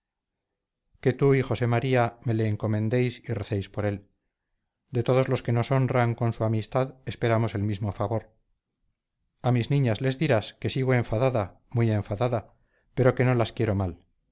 que tú y josé maría me le encomendéis y recéis por él de todos los que nos honran con su amistad esperamos el mismo favor a mis niñas les dirás que sigo enfadada muy enfadada pero que no las quiero mal